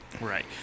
Right